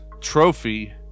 Trophy